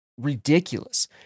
Ridiculous